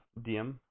DM